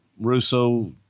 Russo